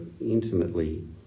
intimately